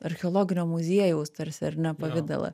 archeologinio muziejaus tarsi ar ne pavidalą